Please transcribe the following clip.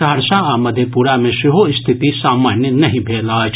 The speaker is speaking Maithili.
सहरसा आ मधेपुरा मे सेहो रिथति सामान्य नहि भेल अछि